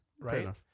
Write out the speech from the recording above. Right